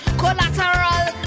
collateral